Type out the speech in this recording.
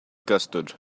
custard